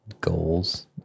Goals